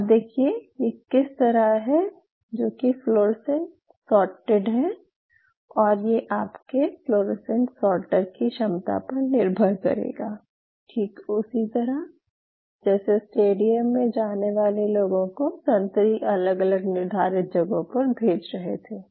और देखिये ये किस तरह है जो कि फ्लोरोसेंट सॉर्टेड हैं और ये आपके फ्लोरोसेंट सॉर्टर की क्षमता पर निर्भर करेगा ठीक उसी तरह जैसे स्टेडियम में जाने वाले लोगों को संतरी अलग अलग निर्धारित जगहों पर भेज रहे थे